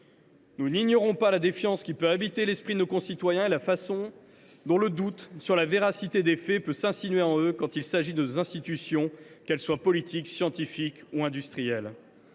Nous n’ignorons pas la défiance qui peut habiter l’esprit de nos concitoyens et la façon dont le doute sur la véracité des faits peut s’insinuer en eux quand il s’agit de nos institutions, qu’elles soient politiques, scientifiques ou industrielles.